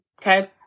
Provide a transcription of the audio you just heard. Okay